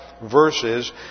Verses